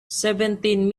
seventeen